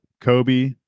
Kobe